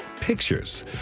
pictures